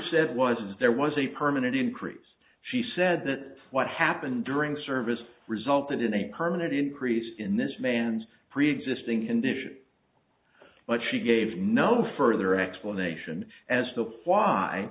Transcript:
said was there was a permanent increase she said that what happened during services resulted in a permanent increase in this man's preexisting condition but she gave no further explanation as to why